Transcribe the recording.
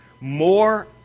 more